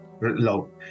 low